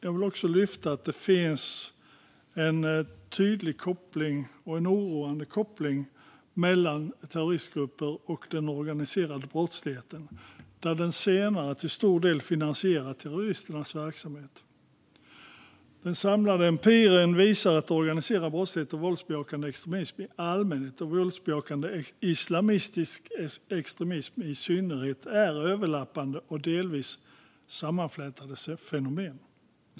Jag vill också lyfta fram att det finns en tydlig och oroande koppling mellan terroristgrupper och den organiserade brottsligheten, där den senare till stor del finansierar terroristernas verksamhet. Den samlade empirin visar att organiserad brottslighet och våldsbejakande extremism i allmänhet och våldsbejakande islamistisk extremism i synnerhet är överlappande och delvis sammanflätade fenomen.